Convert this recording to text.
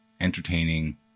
entertaining